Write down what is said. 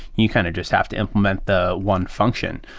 you kind of just have to implement the one function.